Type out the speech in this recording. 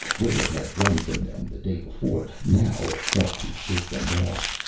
where it had run from them the day before, now it fought to shake them off.